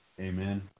Amen